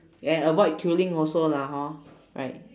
and avoid killing also lah hor right